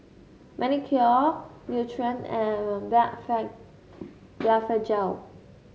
Manicare Nutren and Blephagel